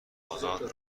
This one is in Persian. آزاد